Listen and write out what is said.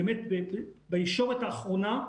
בישורת האחרונה,